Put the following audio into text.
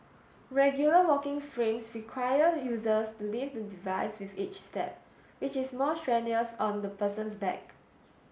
regular walking frames require users to lift the device with each step which is more strenuous on the person's back